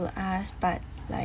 to us but like